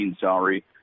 salary